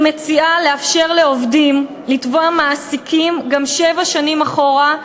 היא מציעה לאפשר לעובדים לתבוע מעסיקים גם שבע שנים אחורה,